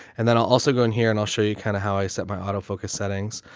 and then i'll also go in here and i'll show you kinda how i set my auto focus settings.